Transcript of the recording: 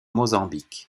mozambique